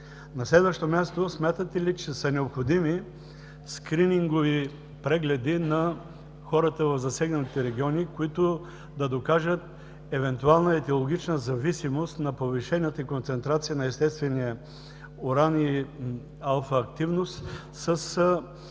На следващо място: смятате ли, че са необходими скринингови прегледи на хората в засегнатите региони, които да докажат евентуална етиологична зависимост на повишението и концентрация на естествения уран и алфа активност